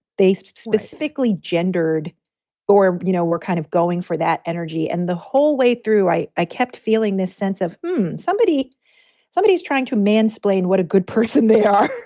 they specifically gendered or, you know, we're kind of going for that energy and the whole way through, i. i kept feeling this sense of somebody somebody is trying to man splaine what a good person they are.